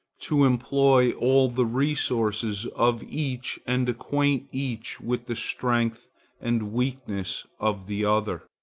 to employ all the resources of each and acquaint each with the strength and weakness of the other.